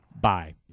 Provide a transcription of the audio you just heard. Bye